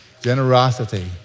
Generosity